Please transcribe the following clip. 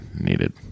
needed